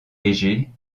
léger